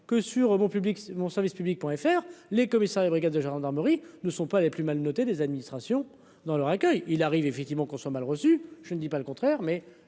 public, mon service public point FR les commissariats, brigades de gendarmerie ne sont pas les plus mal notés des administrations dans leur accueil il arrive effectivement qu'on soit mal reçue, je ne dis pas le contraire, mais